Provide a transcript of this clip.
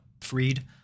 freed